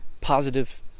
positive